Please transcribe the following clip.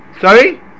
Sorry